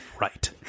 right